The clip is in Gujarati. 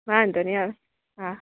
વાંધો નહીં હા હા